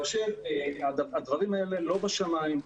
הדברים האלה לא בשמים.